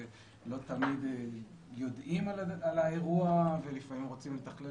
ולא תמיד יודעים על האירוע ולפעמים רוצים לתכלל